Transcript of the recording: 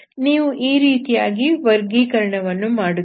ನೀವು ಈ ರೀತಿಯಾಗಿ ವರ್ಗೀಕರಣವನ್ನು ಮಾಡುತ್ತೀರಿ